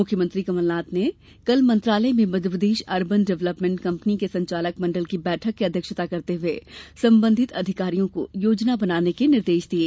मुख्यमंत्री कमल नाथ ने कल मंत्रालय में मध्यप्रदेश अर्बन डेव्हलपमेंट कंपनी के संचालक मंडल की बैठक की अध्यक्षता करते हुए संबंधित अधिकारियों को योजना बनाने के निर्देश दिये